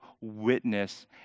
witness